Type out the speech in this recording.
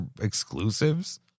exclusives